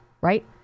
right